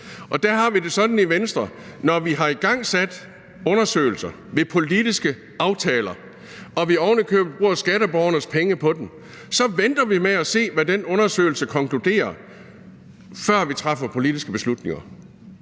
på. Der har vi det sådan i Venstre, at når vi har igangsat undersøgelser ved politiske aftaler og vi ovenikøbet bruger skatteborgernes penge på en undersøgelse, så venter vi med at se, hvad den konkluderer, før vi træffer politiske beslutninger.